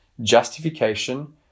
justification